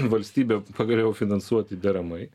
valstybė pagaliau finansuoti deramai